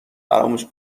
فراموش